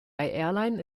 airline